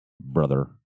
brother